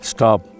Stop